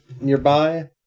nearby